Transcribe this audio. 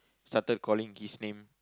started calling his name